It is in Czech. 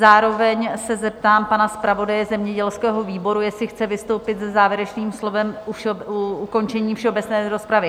Zároveň se zeptám pana zpravodaje zemědělského výboru, jestli chce vystoupit se závěrečným slovem před ukončením všeobecné rozpravy?